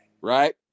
Right